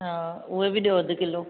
उहे बि डि॒यो अधि किलो